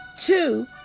Two